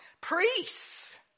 priests